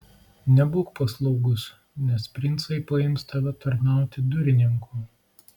nebūk paslaugus nes princai paims tave tarnauti durininku